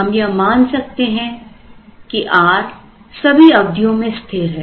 हम यह मान सकते हैं कि r सभी अवधियों मे स्थिर है